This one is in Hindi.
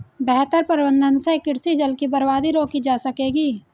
बेहतर प्रबंधन से कृषि जल की बर्बादी रोकी जा सकेगी